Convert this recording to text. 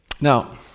Now